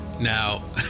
Now